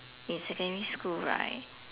in secondary school right